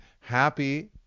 Happy